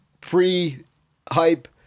pre-hype